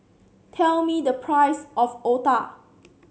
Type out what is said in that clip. tell me the price of otah